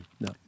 no